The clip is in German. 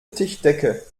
tischdecke